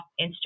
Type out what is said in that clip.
Instagram